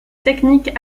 technique